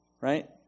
Right